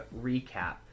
recap